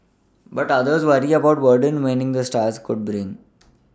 but others worry about the burden winning the stars could bring